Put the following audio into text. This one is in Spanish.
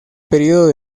periodo